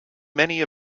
many